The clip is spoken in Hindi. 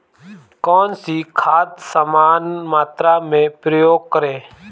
कौन सी खाद समान मात्रा में प्रयोग करें?